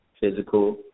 physical